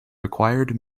required